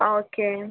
okay